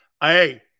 Hey